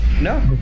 no